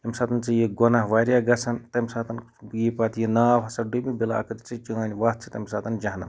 ییٚمہِ ساتَن ژےٚ یہِ گۄناہ واریاہ گَژھان تٔمۍ ساتَن ییٚتہِ پَتہٕ یہِ ناو ہَسا ڈُبہِ بِلاٲخٕر چھِ چٲنۍ وَتھ چھِ تمہِ ساتَن جَہنَم